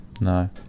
No